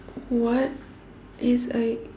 what is a